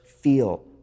feel